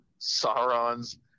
Sauron's